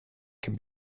can